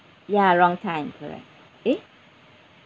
ya wrong time correct eh